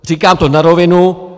Říkám to na rovinu.